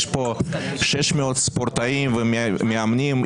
יש פה 600 ספורטאים ומאמנים,